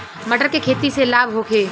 मटर के खेती से लाभ होखे?